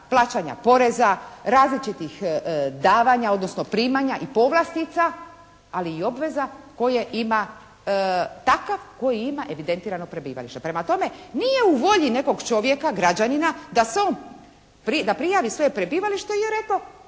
plaćanja poreza, različitih davanja odnosno primanja i povlastica ali i obveza koje ima, takav koji ima evidentirano prebivalište. Prema tome nije u volji nekog čovjeka, građanina da se on, da prijavi svoje prebivalište jer eto